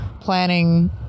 planning